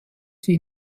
sie